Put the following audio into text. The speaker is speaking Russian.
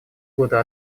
года